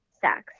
sex